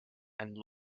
and